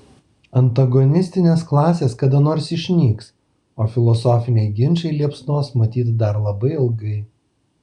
antagonistinės klasės kada nors išnyks o filosofiniai ginčai liepsnos matyt dar labai ilgai